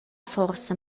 forsa